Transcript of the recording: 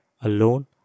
alone